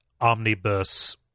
omnibus